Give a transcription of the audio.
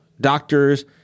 doctors